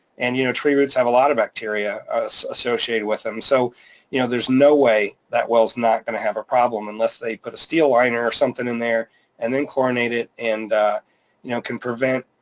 and you know tree roots have a lot of bacteria associated with them, so you know there's no way that, well is not gonna have a problem unless they put a steel liner or something in there and then chlorinate it and you know can prevent